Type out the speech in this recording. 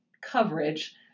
coverage